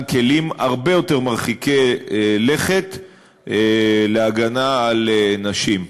כלים מרחיקי לכת הרבה יותר להגנה על נשים.